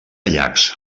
llacs